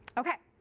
ok.